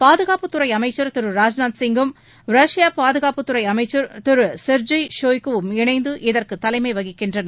பாதுகாப்புத்துறை அமைச்சர் திரு ராஜ்நாத் சிங்கும் ரஷய பாதுகாப்புத்துறை அமைச்சர் திரு செர்ஜய் ஷோய்குவும் இணைந்து இதற்கு தலைமை வகிக்கின்றனர்